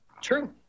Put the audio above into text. True